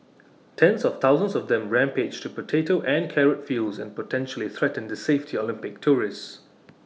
tens of thousands of them rampage through potato and carrot fields and potentially threaten the safety Olympics tourists